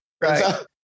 Right